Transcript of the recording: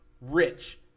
Rich